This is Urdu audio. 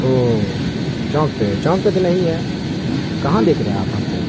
اوہ چونک پہ چونک پہ تو نہیں ہے کہاں دیکھ رہے ہیں آپ ہم کو